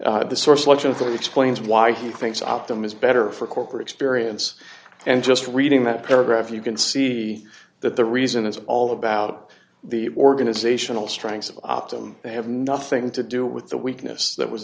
two the source much of that explains why he thinks optimism better for corporate experience and just reading that paragraph you can see that the reason is all about the organizational strength optum they have nothing to do with the weakness that was